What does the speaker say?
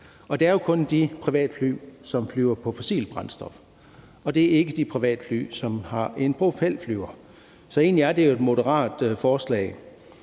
Det er jo kun de privatfly, der flyver på fossilt brændstof, og ikke de privatfly, som har en propelmotor. Så det er jo egentlig et moderat forslag.